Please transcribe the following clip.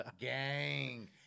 Gang